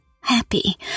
happy